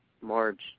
Marge